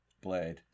Blade